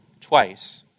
twice